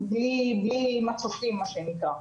בלי מצופים, מה שנקרא.